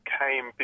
came